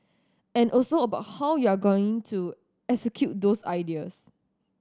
and also about how you're going to execute those ideas